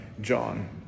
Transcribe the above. John